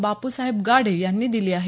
बापूसाहेब गाढे यांनी दिली आहे